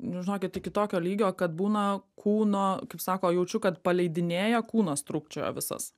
nu žinokit iki tokio lygio kad būna kūno kaip sako jaučiu kad paleidinėja kūnas trūkčioja visas